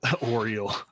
Oriole